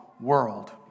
world